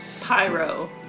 pyro